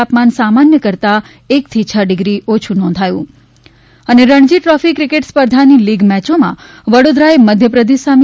તાપમાન સામાન્ય કરતાં એકથી છ ડિગ્રી ઓછું નોંધાયું રણજી ટ્રોફી ક્રિકેટ સ્પર્ધાની લીગ મેચોમાં વડોદરાએ મધ્યપ્રદેશ સામે